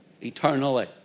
eternally